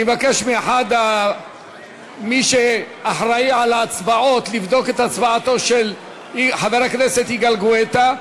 אני מבקש ממי שאחראי להצבעות לבדוק את הצבעתו של חבר הכנסת יגאל גואטה.